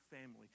family